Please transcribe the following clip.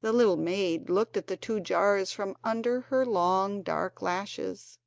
the little maid looked at the two jars from under her long dark lashes